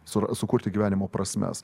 sura sukurti gyvenimo prasmes